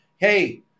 Hey